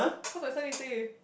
cause my surname is tay